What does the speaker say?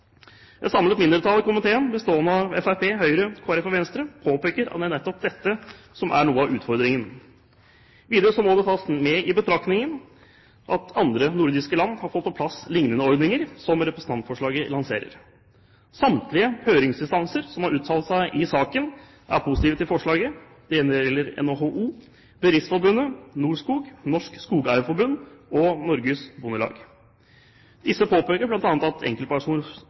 Et samlet mindretall i komiteen, bestående av Fremskrittspartiet, Høyre, Kristelig Folkeparti og Venstre, påpeker at det er nettopp dette som er noe av utfordringen. Videre må det tas med i betraktningen at andre nordiske land har fått på plass liknende ordninger som representantforslaget lanserer. Samtlige høringsinstanser som har uttalt seg i saken, er positive til forslaget. Dette gjelder NHO, Bedriftsforbundet, Norskog, Norges Skogeierforbund og Norges Bondelag. Disse påpeker bl.a. at